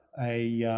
a yeah